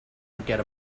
forget